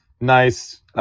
nice